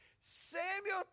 Samuel